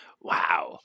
Wow